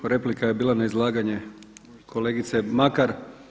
Replika je bila na izlaganje kolegice Makar.